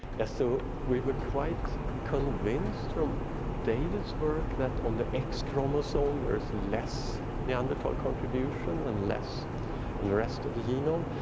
yes, so we were quite convinced from david's work that on the x chromosome, there is less neanderthal contribution and less in the rest of the genome.